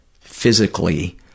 physically